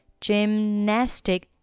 gymnastic